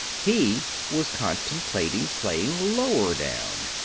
he was contemplating playing lower-down.